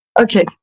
Okay